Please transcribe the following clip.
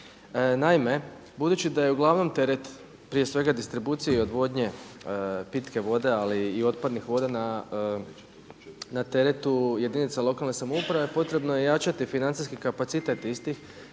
Naime, budući da je uglavnom teret prije svega distribucije i odvodnje pitke vode ali i otpadnih voda na teretu jedinica lokalne samouprave potrebno je jačati financijski kapacitet istih